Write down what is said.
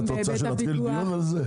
את רוצה שנתחיל דיון על זה?